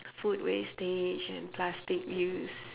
food wastage and plastic use